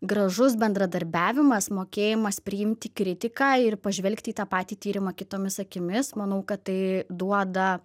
gražus bendradarbiavimas mokėjimas priimti kritiką ir pažvelgti į tą patį tyrimą kitomis akimis manau kad tai duoda